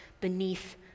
beneath